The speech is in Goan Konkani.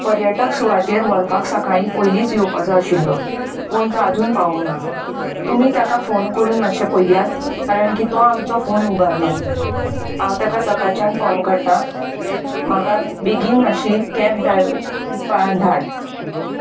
पर्यटक सुवातेर व्हरपाक सकाळीं पयलींच येवपाचो आशिल्लो पूण तो आजून पावूंक ना तुमी ताका फोन करून मातशे पळयात कारण की तो आमचो फोन उबारना हांव ताका सकाळच्यान फोन करतां म्हाका बेगीन मातशी कॅब धाड